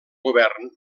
govern